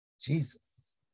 Jesus